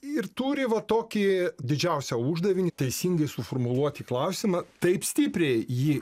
ir turi va tokį didžiausią uždavinį teisingai suformuluoti klausimą taip stipriai jį